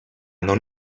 non